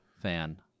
fan